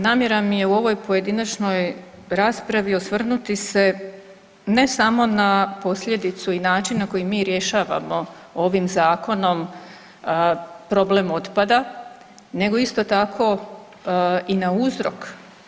Namjera mi je u ovoj pojedinačnoj raspravi osvrnuti se, ne samo na posljedicu i način na koji mi rješavamo ovim Zakonom problem otpada, nego isto tako i na uzrok.